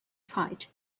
fight